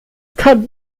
kann